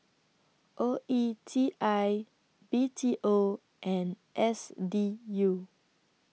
O E T I B T O and S D U